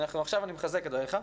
עכשיו אני מחזק את דבריך.